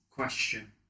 question